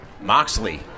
Moxley